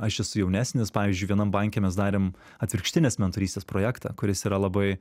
aš esu jaunesnis pavyzdžiui vienam banke mes darėm atvirkštinės mentorystės projektą kuris yra labai